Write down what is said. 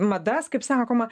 madas kaip sakoma